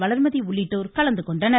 வளர்மதி உள்ளிட்டோர் கலந்து கொண்டனர்